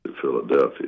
Philadelphia